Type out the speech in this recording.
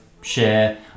share